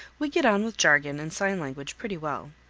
we get on with jargon and sign language pretty well.